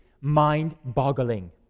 mind-boggling